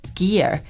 gear